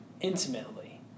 intimately